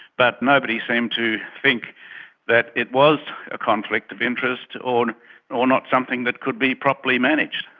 but nobody seemed to think that it was a conflict of interest, or or not something that could be properly managed.